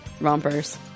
rompers